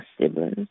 siblings